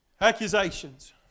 Accusations